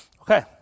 Okay